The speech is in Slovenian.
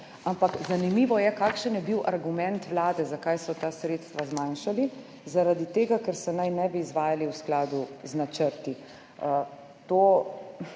zanimivo je, kakšen je bil argument vlade, zakaj so ta sredstva zmanjšali. Zaradi tega, ker se naj ne bi izvajali v skladu z načrti.